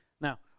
Now